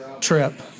trip